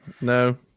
no